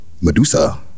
Medusa